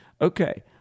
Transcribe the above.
Okay